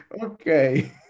Okay